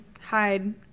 Hide